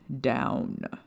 down